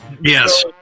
Yes